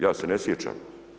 Ja se ne sjećam.